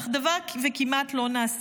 אך כמעט דבר לא נעשה.